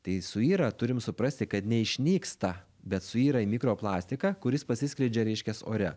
tai suyra turim suprasti kad neišnyksta bet suyra į mikroplastiką kuris pasiskleidžia reiškias ore